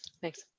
Thanks